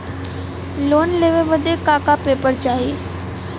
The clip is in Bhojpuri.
लोन लेवे बदे का का पेपर चाही?